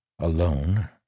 Alone